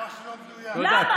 למה?